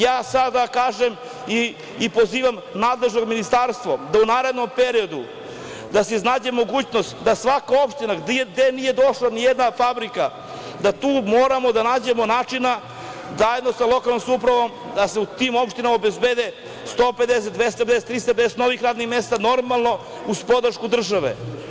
Ja sada kažem i pozivam nadležno ministarstvo da u narednom periodu, da se iznađe mogućnost, da svaka opština gde nije došla nijedna fabrika, da tu moramo da nađemo načina zajedno sa lokalnom upravom, da se u tim opštinama obezbede 150, 250, 350 novih radnih mesta, normalno uz podršku države.